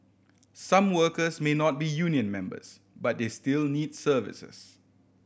some workers may not be union members but they still need services